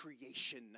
creation